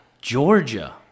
Georgia